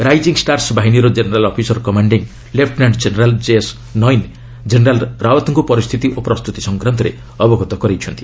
rising stars ବାହିନୀର general officer କମାଣିଂ lieutenant general K S ନଇନ କେନେରାଲ୍ ରାଓ୍ୱତ୍ଙ୍କୁ ପରିସ୍ଥିତି ଓ ପ୍ରସ୍ତତି ସଂକ୍ରାନ୍ତରେ ଅବଗତ କରାଇଛନ୍ତି